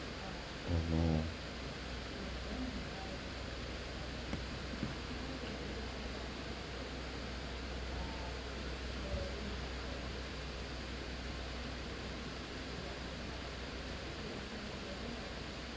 oh no